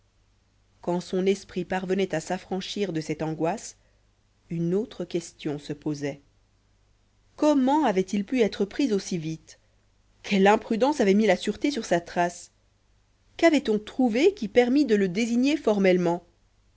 quand son esprit parvenait à s'affranchir de cette angoisse une autre question se posait comment avait-il pu être pris aussi vite quelle imprudence avait mis la sûreté sur sa trace quavait on trouvé qui permît de le désigner formellement